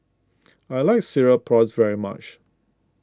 I like Cereal Prawns very much